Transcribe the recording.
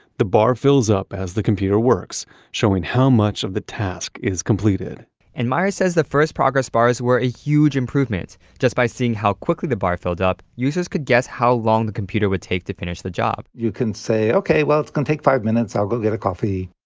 the bar fills up as the computer works showing how much of the task is completed and myers says the first progress bars were a huge improvement. just by seeing how quickly the bar filled up, users could guess how long the computer would take to finish the job you can say, okay, well it's going to take five minutes. i'll go get a coffee.